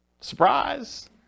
Surprise